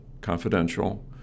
confidential